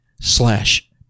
slash